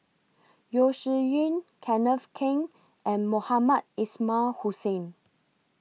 Yeo Shih Yun Kenneth Keng and Mohamed Ismail Hussain